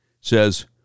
says